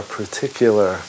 particular